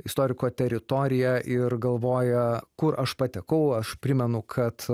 istoriko teritoriją ir galvoja kur aš patekau aš primenu kad